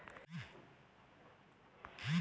net banking से रउआ आपन बच्चा सभ के पइसा भेज सकिला